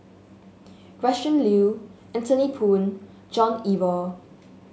Gretchen Liu Anthony Poon John Eber